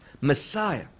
Messiah